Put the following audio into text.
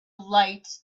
light